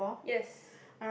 yes